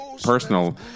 Personal